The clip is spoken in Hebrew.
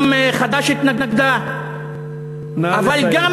גם חד"ש התנגדה, נא לסיים.